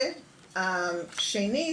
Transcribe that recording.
והשני,